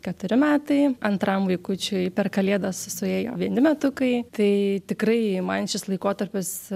keturi metai antram vaikučiui per kalėdas suėjo vieni metukai tai tikrai jei man šis laikotarpis